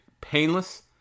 painless